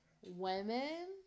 women